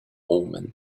omen